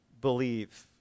believe